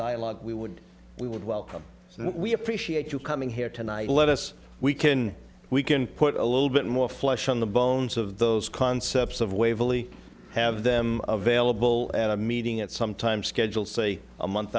dialogue we would we would welcome so we appreciate you coming here tonight let us we can we can put a little bit more flesh on the bones of those concepts of waverley have them available at a meeting at some time schedule say a month